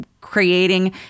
creating